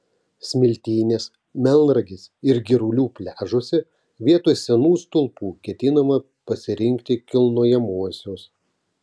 smiltynės melnragės ir girulių pliažuose vietoje senų stulpų ketinama pasirinkti kilnojamuosius